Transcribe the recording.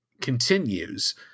continues